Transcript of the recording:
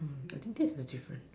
I think that's the difference